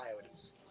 Coyotes